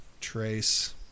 Trace